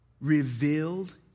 revealed